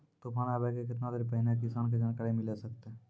तूफान आबय के केतना देर पहिले किसान के जानकारी मिले सकते?